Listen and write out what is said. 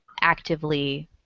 actively